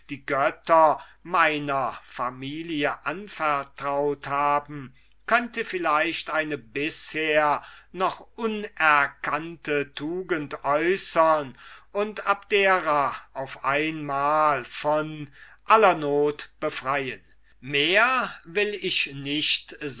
die götter meiner familie anvertraut haben könnte vielleicht eine bisher noch unerkannte tugend äußern und abdera auf einmal von aller not befreien mehr will ich nicht